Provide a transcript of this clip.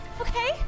okay